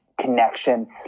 connection